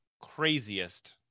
craziest